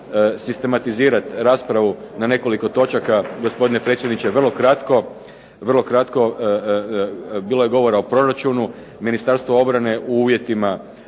sistematizirati raspravu na nekoliko točaka gospodine predsjedniče vrlo kratko. Bilo je govora o proračunu. Ministarstvo obrane u uvjetima